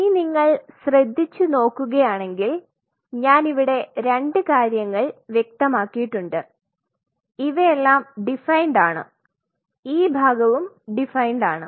ഇനി നിങ്ങൾ ശ്രദ്ധിച്ചു നോക്കുകയാണെങ്കിൽ ഞാൻ ഇവിടെ 2 കാര്യങ്ങൾ വ്യക്തമാക്കിയിട്ടുണ്ട് ഇവയെല്ലാം ഡിഫൈൻഡ് ആണ് ഈ ഭാഗവും ഡിഫൈൻഡ് ആണ്